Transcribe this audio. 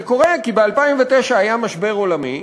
זה קורה כי ב-2009 היה משבר עולמי.